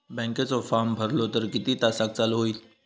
बँकेचो फार्म भरलो तर किती तासाक चालू होईत?